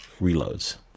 reloads